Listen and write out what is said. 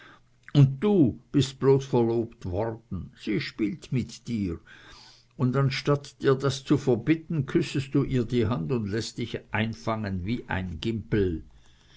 und du bist bloß verlobt worden sie spielt mit dir und anstatt dir das zu verbitten küssest du ihr die hand und lässest dich einfangen wie die gimpel